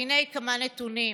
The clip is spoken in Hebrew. והינה כמה נתונים: